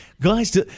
Guys